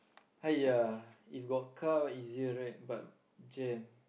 !aiay! if got car easier right but jam